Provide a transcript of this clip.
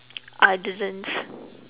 I didn't